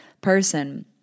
person